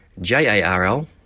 JARL